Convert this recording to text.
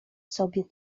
sobie